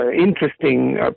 interesting